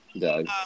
Doug